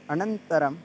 अनन्तरम्